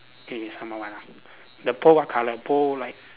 is number what ah the pole what colour pole like